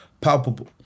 palpable